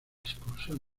expulsión